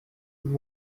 muri